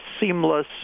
seamless